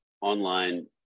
online